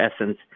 essence